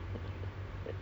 !hais!